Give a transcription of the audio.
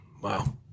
Wow